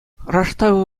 раштав